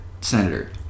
senator